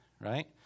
right